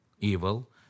evil